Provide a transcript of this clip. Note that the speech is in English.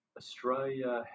australia